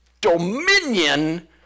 dominion